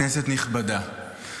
כנסת נכבדה,